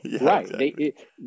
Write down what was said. right